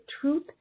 truth